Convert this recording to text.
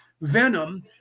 venom